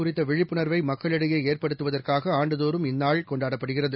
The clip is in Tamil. குறித்தவிழிப்புணர்வைமக்களிடையேஏற்படுத்துவதற்காகஆண்டுதோறும் யானைகள் இந்நாள் கொண்டாடப்படுகிறது